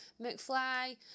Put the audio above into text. McFly